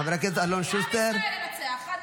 עם ישראל ינצח, חד-משמעית.